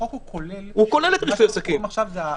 החוק כולל, ומה שמופיע עכשיו זה החריגים.